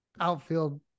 outfield